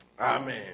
Amen